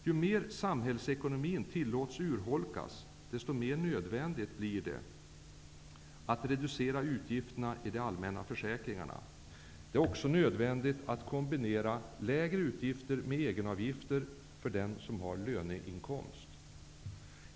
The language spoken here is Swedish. Ju mer samhällsekonomin tillåts urholkas, desto mer nödvändigt blir det att reducera utgifterna i de allmänna försäkringarna. Det är också nödvändigt att kombinera lägre utgifter med egenavgifter för den som har löneinkomst.